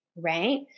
Right